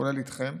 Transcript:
כולל איתכם,